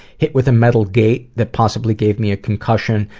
hit with a metal gate that possibly gave me a concussion,